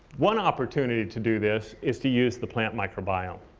one opportunity to do this is to use the plant microbiome.